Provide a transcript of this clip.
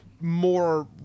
more